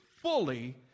fully